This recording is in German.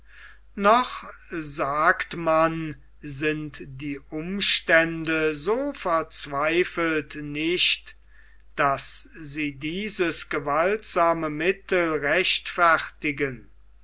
noch sagt man sind die umstände so verzweifelt nicht daß sie dieses gewaltsame mittel rechtfertigten